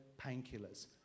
painkillers